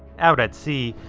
out at sea,